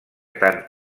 tant